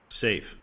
safe